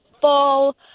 fall